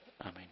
Amen